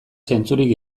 zentzurik